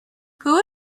who